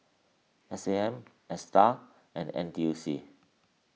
S A M Astar and N T U C